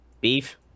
Beef